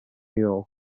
york